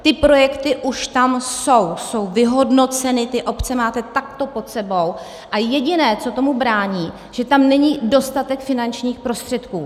Ty projekty už tam jsou, jsou vyhodnoceny, ty obce máme takto pod sebou, a jediné, co tomu brání, že tam není dostatek finančních prostředků.